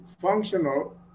functional